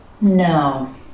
No